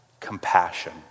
compassion